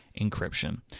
encryption